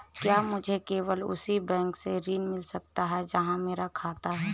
क्या मुझे केवल उसी बैंक से ऋण मिल सकता है जहां मेरा खाता है?